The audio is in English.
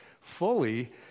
fully